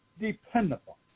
dependable